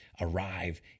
arrive